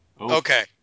Okay